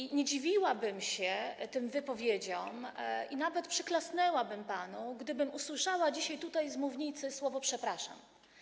I nie dziwiłabym się tym wypowiedziom i nawet przyklasnęłabym panu, gdybym usłyszała dzisiaj z mównicy słowo: przepraszam.